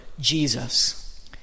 Jesus